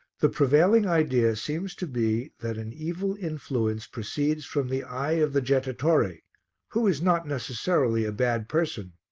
the prevailing idea seems to be that an evil influence proceeds from the eye of the jettatore who is not necessarily a bad person,